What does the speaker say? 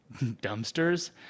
dumpsters